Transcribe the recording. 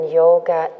yoga